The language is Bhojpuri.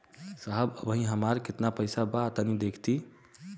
साहब अबहीं हमार कितना पइसा बा तनि देखति?